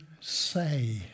say